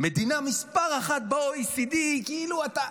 מדינה מס' אחת ב-OECD, כאילו אתה,